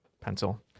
pencil